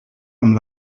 amb